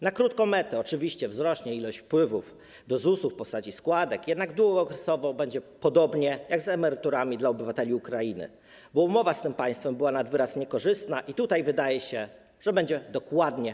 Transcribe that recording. Na krótką metę oczywiście wzrosną wpływy do ZUS-u w postaci składek, jednak długookresowo będzie podobnie jak z emeryturami dla obywateli Ukrainy, bo umowa z tym państwem była nad wyraz niekorzystna i tutaj wydaje się, że będzie podobnie.